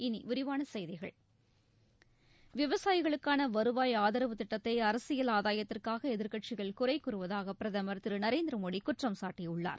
இனி விரிவான செய்கிகள் விவசாயிகளுக்கான வருவாய் ஆதரவு திட்டத்தை அரசியல் ஆதாயத்திற்காக எதிர்க்கட்சிகள் குறை கூறுவதாக பிரதமர் திரு நரேந்திர மோடி குற்றம் சாட்டியுள்ளார்